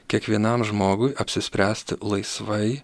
kiekvienam žmogui apsispręsti laisvai